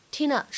Tina